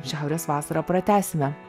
šiaurės vasarą pratęsime